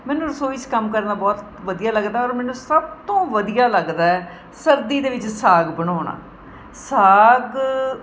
ਮੈਨੂੰ ਰਸੋਈ 'ਚ ਕੰਮ ਕਰਨਾ ਬਹੁਤ ਵਧੀਆ ਲੱਗਦਾ ਔਰ ਮੈਨੂੰ ਸਭ ਤੋਂ ਵਧੀਆ ਲੱਗਦਾ ਸਰਦੀ ਦੇ ਵਿੱਚ ਸਾਗ ਬਣਾਉਣਾ ਸਾਗ